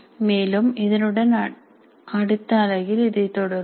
மேலும் இதனுடன் அடுத்த அலகில் இதை தொடர்வோம்